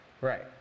Right